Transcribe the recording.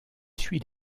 suit